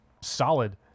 solid